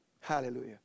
Hallelujah